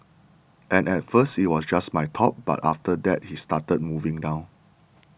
and at first it was just my top but after that he started moving down